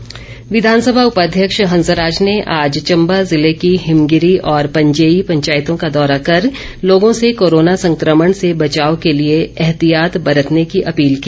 हंसराज विधानसभा उपाध्यक्ष हंसराज ने आज चम्बा जिले की हिमगिरी और पंजेई पंचायतों का दौरा कर लोगों से कोरोना संक्रमण से बचाव के लिए एहतियात बरतने की अपील की